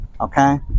okay